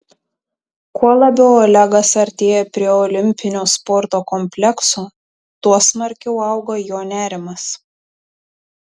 kuo labiau olegas artėjo prie olimpinio sporto komplekso tuo smarkiau augo jo nerimas